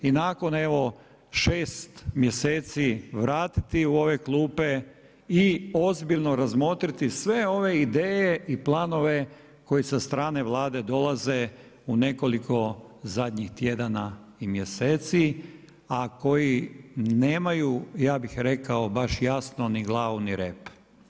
I nakon evo 6 mjeseci vratiti u ove klupe i ozbiljno razmotriti sve ove ideje i planove koji sa strane Vlade dolaze u nekoliko zadnjih tjedana i mjeseci a koji nemaju, ja bih rekao baš jasno ni glavu ni rep.